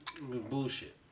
Bullshit